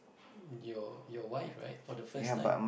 your your wife right for the first time